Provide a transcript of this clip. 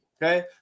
Okay